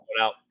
out